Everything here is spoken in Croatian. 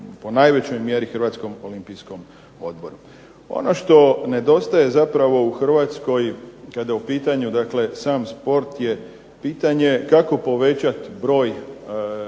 po najvećoj mjeri Hrvatskom olimpijskom odboru. oNo što nedostaje zapravo u Hrvatskoj kada je u pitanju sam sport je pitanje kako povećati broj